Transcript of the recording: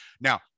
now